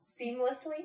Seamlessly